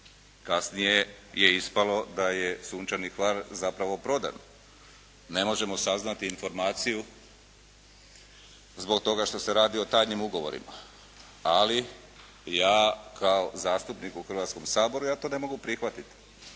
kasnije je ispalo da je "Sunčani Hvar" zapravo prodan. Ne možemo saznati informaciju zbog toga što se radi o tajnim ugovorima. Ali ja kao zastupnik u Hrvatskom saboru, ja to ne mogu prihvatiti